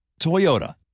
Toyota